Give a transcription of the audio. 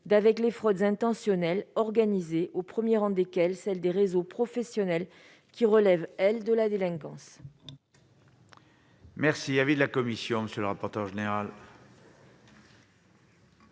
et les fraudes intentionnelles, organisées, au premier rang desquelles celles des réseaux « professionnels », qui relèvent, elles, de la délinquance.